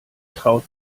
traut